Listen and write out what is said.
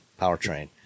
powertrain